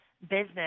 business